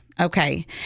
okay